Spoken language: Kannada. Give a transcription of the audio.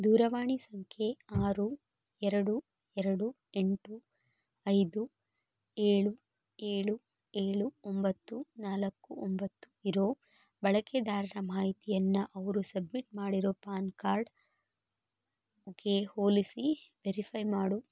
ದೂರವಾಣಿ ಸಂಖ್ಯೆ ಆರು ಎರಡು ಎರಡು ಎಂಟು ಐದು ಏಳು ಏಳು ಏಳು ಒಂಬತ್ತು ನಾಲ್ಕು ಒಂಬತ್ತು ಇರೋ ಬಳಕೆದಾರರ ಮಾಹಿತಿಯನ್ನು ಅವರು ಸಬ್ಮಿಟ್ ಮಾಡಿರೋ ಪ್ಯಾನ್ ಕಾರ್ಡ್ಗೆ ಹೋಲಿಸಿ ವೆರಿಫೈ ಮಾಡು